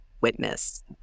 witness